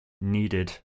needed